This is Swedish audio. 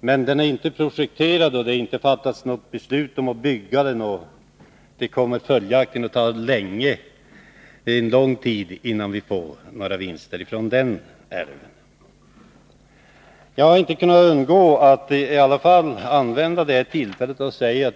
användas. Men utbyggnaden är ännu inte projekterad, och inget beslut om utbyggnad föreligger. Följaktligen kommer det att ta lång tid innan vi får några vinster från den älven. Jag kan inte undgå att ta tillfället i akt och säga följande.